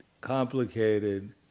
complicated